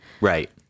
Right